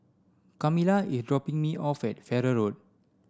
Kamilah is dropping me off at Farrer Road